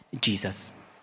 Jesus